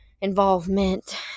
involvement